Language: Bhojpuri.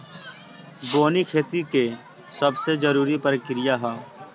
बोअनी खेती के सबसे जरूरी प्रक्रिया हअ